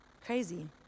Crazy